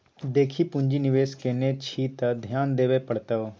देखी पुंजी निवेश केने छी त ध्यान देबेय पड़तौ